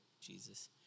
Jesus